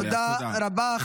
תודה רבה.